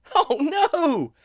oh, no!